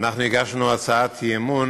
אנחנו הגשנו הצעת אי-אמון